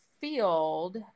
field